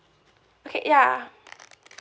okay yeah